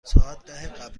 ساعت